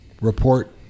report